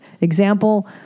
example